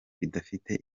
bidafite